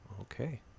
Okay